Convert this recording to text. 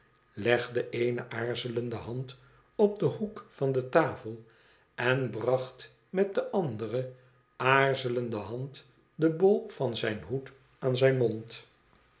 eene aarzelende hand op een hoek van de tafel en bracht met de andere aarzelende hand den bol van zijn hoed aan zijn mond